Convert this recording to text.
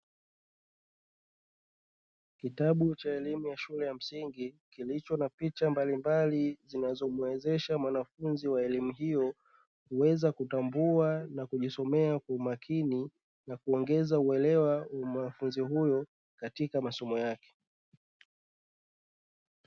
Kitabu cha elimu ya shule ya msingi kilicho na picha mbali mbali, zinazomuwezesha mwanafunzi wa elimu hiyo kuweza kutambua na kujisomea kwa umakini na kuongeza uwelewa wa mwanafunzi huyo katika masomo yake.